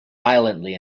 violently